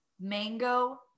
mango